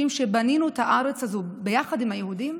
שבנינו את הארץ הזאת ביחד עם היהודים,